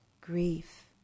grief